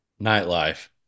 nightlife